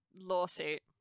lawsuit